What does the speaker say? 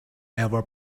eva